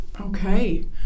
okay